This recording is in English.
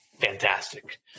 fantastic